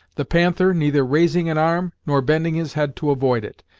the panther neither raising an arm, nor bending his head to avoid it.